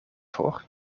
voor